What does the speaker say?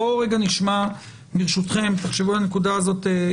בואו רגע נשמע, ברשותכם, תחשבו הנקודה הזאת.